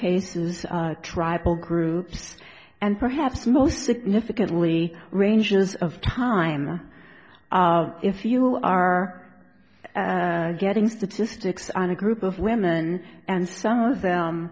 cases tribal groups and perhaps most significantly ranges of time if you are getting statistics on a group of women and some of them